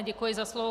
Děkuji za slovo.